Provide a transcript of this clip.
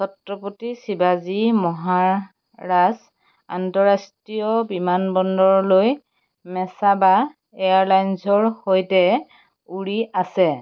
ছত্ৰপতি শিৱাজী মহাৰাজ আন্তঃৰাষ্ট্ৰীয় বিমান বন্দৰলৈ মেছাবা এয়াৰলাইনছৰ সৈতে উৰি আছে